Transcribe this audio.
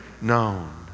known